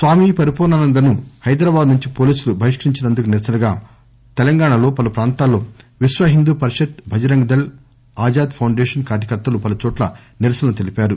స్వామి పరిపూర్ణానందను హైదరాబాద్ నుంచి పోలీసులు బహిష్పరించినందుకు నిరసనగా తెలంగాణ పలు పాంతాల్లో విశ్వ హిందు పరిషత్ భజరంగ దళ్ ఆజాత్ ఫౌండేషన్ కార్యకర్తలు పలు చోట్ల నిరసనలు తెలిపారు